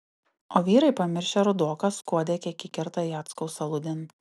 o vyrai pamiršę rudoką skuodė kiek įkerta jackaus aludėn